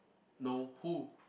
no who